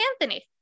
Anthony